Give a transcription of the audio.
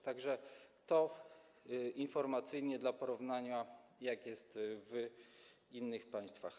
Tak że to informacyjnie dla porównania, jak jest w innych państwach.